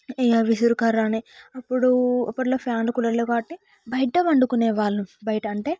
ఇక విసనకర్ర అని అప్పుడు అప్పట్లో ఫ్యాన్లు కూడా లేవు కాబట్టి బయట పండుకొనే వాళ్ళు బయట అంటే